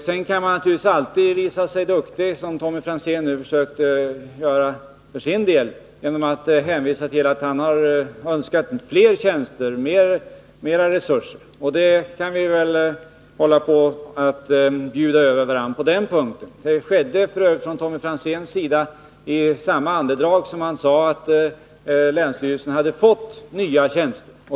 Sedan kan man naturligtvis alltid, som Tommy Franzén nu gjorde, försöka visa sig duktig genom att hänvisa till att man önskat flera tjänster och mera resurser. På den punkten kan vi naturligtvis hålla på och överbjuda varandra. Tommy Franzén gjorde detta i samma andetag som han sade att länsstyrelserna fått nya tjänster.